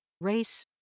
race